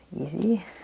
Easy